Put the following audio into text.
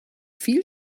viel